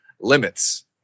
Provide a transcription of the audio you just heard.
limits